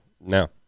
no